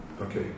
Okay